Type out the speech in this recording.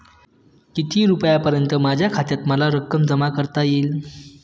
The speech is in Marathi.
किती रुपयांपर्यंत माझ्या खात्यात मला रक्कम जमा करता येईल?